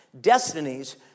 destinies